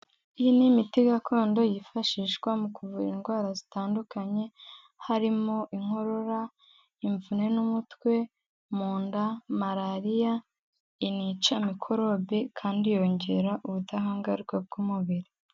Iyi ni imiti gakondo yifashishwa mu kuvura indwara zitandukanye harimo inkorora, imvune n'umutwe, mu nda ,malaria, inica mikorobe kandi yongera ubudahangarwa bw'umubiri.